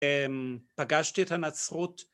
פגשתי את הנצרות